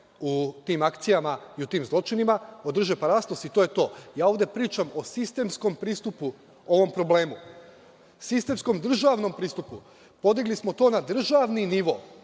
u tim akcijama i u tim zločinima, održe parastos i to je to. Ovde pričam o sistemskom pristupu ovom problemu, sistemskom državnom pristupu. Podigli smo to na državni nivo,